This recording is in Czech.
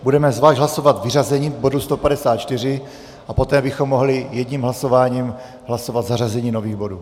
Budeme zvlášť hlasovat o vyřazení bodu 154 a poté bychom mohli jedním hlasováním hlasovat o zařazení nových bodů.